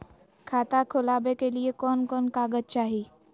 खाता खोलाबे के लिए कौन कौन कागज चाही?